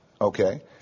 Okay